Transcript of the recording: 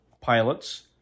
pilots